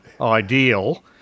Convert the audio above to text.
ideal